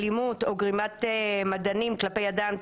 אלימות או גרימת מדנים כלפי אדם,